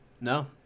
No